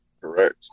Correct